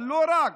אבל לא רק,